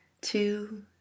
two